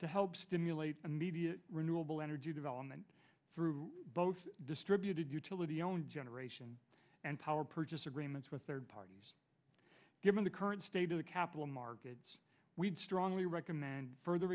to help stimulate immediate renewable energy development through both distributed utility own generation and power purchase agreements with third parties given the current state of the capital markets we'd strongly recommend further